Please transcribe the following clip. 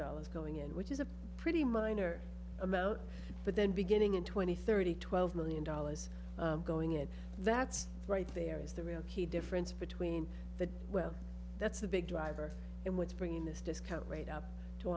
dollars going in which is a pretty minor amount but then beginning in twenty thirty twelve million dollars going in that's right there is the real key difference between the well that's the big driver and what's bringing this discount rate up to